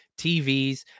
tvs